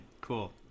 cool